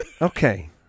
Okay